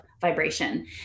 vibration